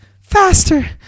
faster